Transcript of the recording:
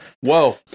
Whoa